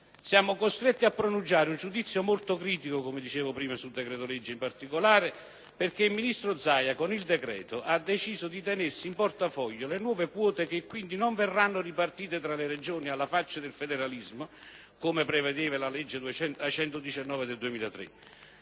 Siamo costretti a pronunciare un giudizio molto critico, come dicevo prima, sul decreto-legge, in particolare perché il ministro Zaia, con questo provvedimento, ha deciso di tenersi in portafoglio le nuove quote, che quindi non verranno ripartite tra le Regioni (alla faccia del federalismo!), come prevedeva la legge n. 119 del 2003.